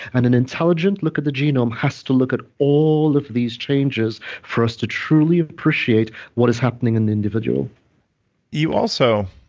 and an intelligent look at the genome has to look at all of these changes for us to truly appreciate what is happening in the individual you also,